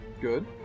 Good